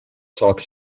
talks